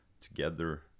together